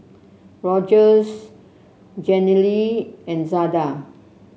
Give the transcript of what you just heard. Rogers Jenilee and Zada